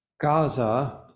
Gaza